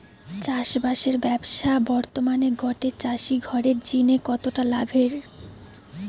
চাষবাসের ব্যাবসা বর্তমানে গটে চাষি ঘরের জিনে কতটা লাভের?